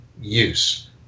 use